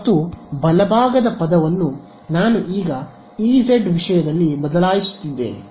ಮತ್ತು ಬಲಭಾಗದ ಪದವನ್ನು ನಾನು ಈಗ ಇಜೆಡ್ ವಿಷಯದಲ್ಲಿ ಬದಲಾಯಿಸುತ್ತಿದ್ದೇನೆ